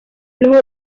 los